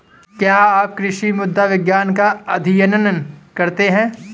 क्या आप कृषि मृदा विज्ञान का अध्ययन करते हैं?